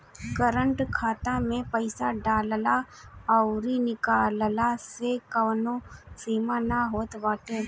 current खाता में पईसा डालला अउरी निकलला के कवनो सीमा ना होत बाटे